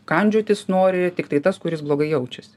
kandžiotis nori tiktai tas kuris blogai jaučias